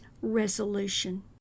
resolution